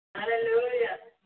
Hallelujah